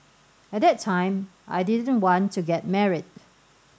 at that time I didn't want to get married